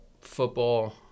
football